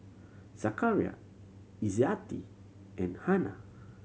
Zakaria Izzati and Hana